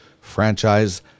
Franchise